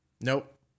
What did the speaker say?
Nope